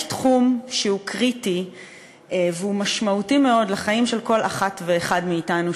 יש תחום שהוא קריטי והוא משמעותי מאוד לחיים של כל אחת ואחד מאתנו,